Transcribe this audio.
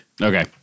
Okay